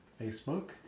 Facebook